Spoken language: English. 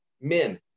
men